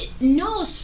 No